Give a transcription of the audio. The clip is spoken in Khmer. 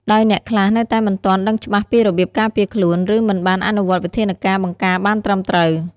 ដោយអ្នកខ្លះនៅតែមិនទាន់ដឹងច្បាស់ពីរបៀបការពារខ្លួន ឬមិនបានអនុវត្តវិធានការបង្ការបានត្រឹមត្រូវ។